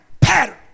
pattern